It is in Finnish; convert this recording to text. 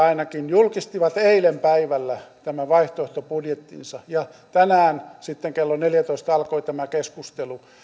ainakin sosialidemokraatit julkistivat eilen päivällä tämän vaihtoehtobudjettinsa ja tänään sitten kello neljätoista alkoi tämä keskustelu